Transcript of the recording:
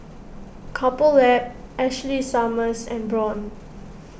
Couple Lab Ashley Summers and Braun